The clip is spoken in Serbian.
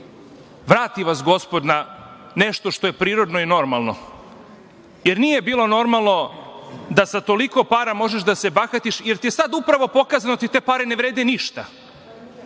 vrati vas Gospod na nešto što je prirodno i normalno, jer nije bilo normalno da sa toliko para možeš da se bahatiš jer ti je upravo sada pokazano da ti te pare ne vrede ništa,